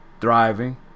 thriving